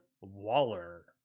Waller